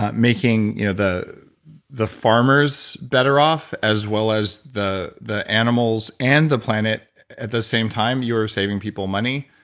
ah you know the the farmers better off as well as the the animals and the planet at the same time you are saving people money?